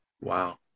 Wow